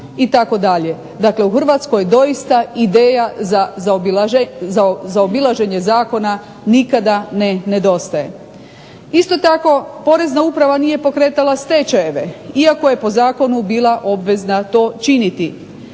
Dakle, u Hrvatskoj doista ideja za zaobilaženje zakona nikada ne nedostaje. Isto tako, porezna uprava nije pokretala stečajeve iako je po zakonu bila obvezna to činiti.